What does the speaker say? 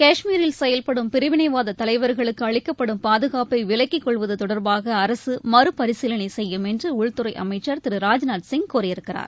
காஷ்மீரில் செயல்படும் பிரிவினைவாத தலைவர்களுக்கு அளிக்கப்படும் பாதுகாப்பை விலக்கிக் கொள்வது தொடரபாக அரசு மறுபரிசீலனை செய்யும் என்று உள்துறை அமைச்சர் திரு ராஜ்நாத் சிங் கூறியிருக்கிறார்